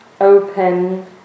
open